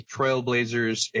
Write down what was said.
Trailblazers